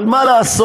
אבל מה לעשות,